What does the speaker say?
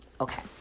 Okay